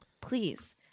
Please